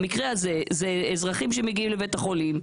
במקרה הזה מדובר על אזרחים שמגיעים לבית החולים,